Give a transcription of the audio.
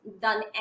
done